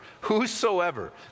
Whosoever